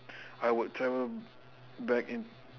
I would travel back in